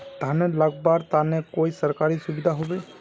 धानेर लगवार तने कोई सरकारी सुविधा होबे?